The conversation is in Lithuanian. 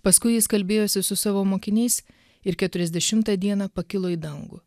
paskui jis kalbėjosi su savo mokiniais ir keturiasdešimtą dieną pakilo į dangų